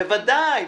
בוודאי.